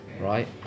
right